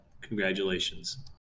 Congratulations